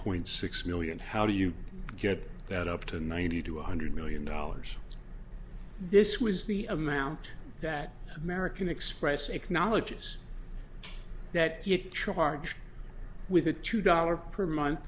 point six million how do you get that up to ninety to one hundred million dollars this was the amount that american express acknowledges that it charged with a two dollar per month